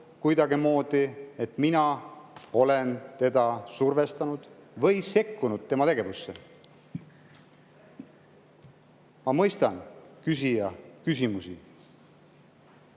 kuidagimoodi märku, et mina olen teda survestanud või sekkunud tema tegevusse? Ma mõistan küsija küsimusi.